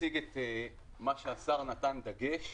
שמציג את מה שהשר נתן דגש,